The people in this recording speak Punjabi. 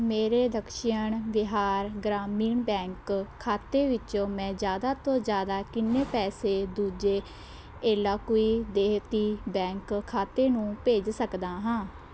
ਮੇਰੇ ਦੱਖਣ ਬਿਹਾਰ ਗ੍ਰਾਮੀਣ ਬੈਂਕ ਖਾਤੇ ਵਿੱਚ ਮੈਂ ਜ਼ਿਆਦਾ ਤੋਂ ਜ਼ਿਆਦਾ ਕਿੰਨੇ ਪੈਸੇ ਦੂਜੇ ਏਲਾਕੁਈ ਦਿਹਾਤੀ ਬੈਂਕ ਖਾਤੇ ਨੂੰ ਭੇਜ ਸਕਦਾ ਹਾਂ